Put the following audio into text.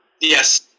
Yes